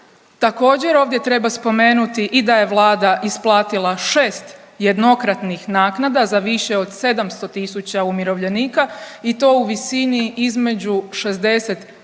Također ovdje treba spomenuti i da je Vlada isplatila 6 jednokratnih naknada za više od 700 000 umirovljenika i to u visini između 60